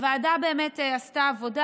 הוועדה עשתה עבודה.